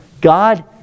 God